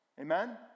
Amen